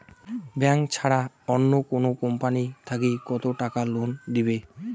Bank ছাড়া অন্য কোনো কোম্পানি থাকি কত টাকা লোন দিবে?